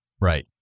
Right